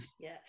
yes